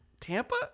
Tampa